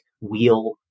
wheel